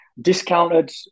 Discounted